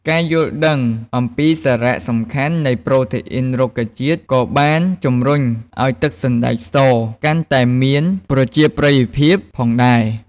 ការយល់ដឹងអំពីសារៈសំខាន់នៃប្រូតេអ៊ីនរុក្ខជាតិក៏បានជំរុញឱ្យទឹកសណ្តែកសកាន់តែមានប្រជាប្រិយភាពផងដែរ។